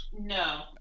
No